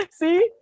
see